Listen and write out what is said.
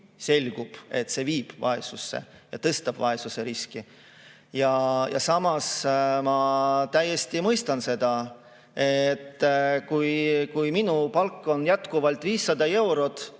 selgub, et see viib vaesusse ja tõstab vaesusriski. Samas ma täiesti mõistan seda, et kui näiteks minu palk on jätkuvalt 500 eurot,